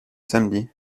samedi